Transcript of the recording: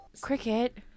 Cricket